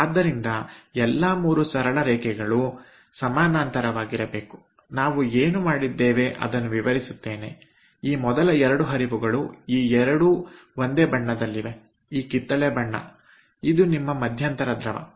ಆದ್ದರಿಂದ ಎಲ್ಲಾ 3 ಸರಳ ರೇಖೆಗಳು ಸಮಾನಾಂತರವಾಗಿರಬೇಕು ನಾವು ಏನು ಮಾಡಿದ್ದೇವೆ ಅದನ್ನು ವಿವರಿಸುತ್ತೇನೆ ಈ ಮೊದಲ 2 ಹರಿವುಗಳು ಈ 2 ಒಂದೇ ಬಣ್ಣ ದಲ್ಲಿ ಇವೆ ಈ ಕಿತ್ತಳೆ ಬಣ್ಣ ಇದು ನಿಮ್ಮ ಮಧ್ಯಂತರ ದ್ರವ ಆಗಿದೆ